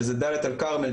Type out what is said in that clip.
שזה דליית אל כרמל,